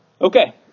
Okay